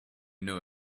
know